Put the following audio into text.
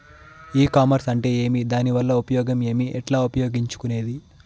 ఈ కామర్స్ అంటే ఏమి దానివల్ల ఉపయోగం ఏమి, ఎట్లా ఉపయోగించుకునేది?